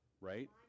right